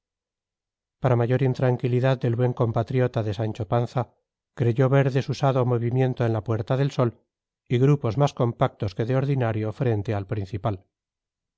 para mayor intranquilidad del buen compatriota de sancho panza creyó ver desusado movimiento en la puerta del sol y grupos más compactos que de ordinario frente al principal